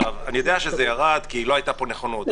אני יודע שזה ירד כי לא הייתה פה נכונות.